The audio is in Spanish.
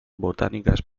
botánicas